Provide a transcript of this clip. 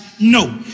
No